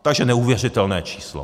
Takže neuvěřitelné číslo.